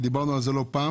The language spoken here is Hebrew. ודיברנו על זה לא פעם.